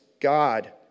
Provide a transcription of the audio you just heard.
God